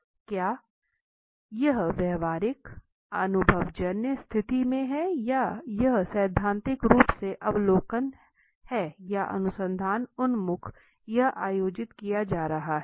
क्या यह व्यावहारिक अनुभवजन्य स्थिति में है या यह सैद्धांतिक रूप से अवलोकन है या अनुसंधान उन्मुख यह आयोजित किया जा रहा है